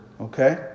Okay